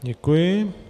Děkuji.